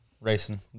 racing